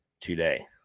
today